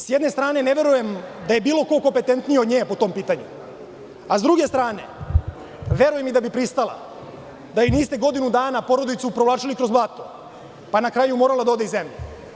Sa jedne strane, ne verujem da je bilo ko kompetentniji od nje po tom pitanju, a sa druge strane, verujem i da bi pristala, da im niste godinu dana porodicu provlačili kroz blato, pa je na kraju morala da ode iz zemlje.